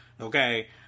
okay